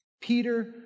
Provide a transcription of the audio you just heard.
Peter